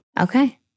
Okay